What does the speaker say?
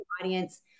audience